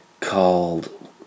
called